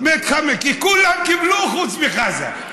כי כולם קיבלו חוץ מחזן.